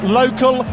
local